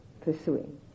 pursuing